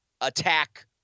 attack